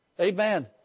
amen